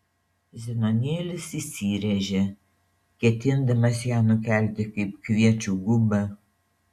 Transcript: zenonėlis įsiręžė ketindamas ją nukelti kaip kviečių gubą